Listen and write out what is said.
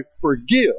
forgive